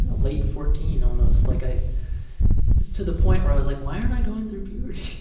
and late fourteen almost. like i was to the point where i was like, why aren't i going through puberty?